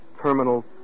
Terminal